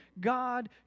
God